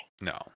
No